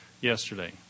yesterday